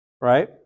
Right